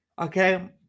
Okay